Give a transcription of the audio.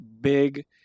big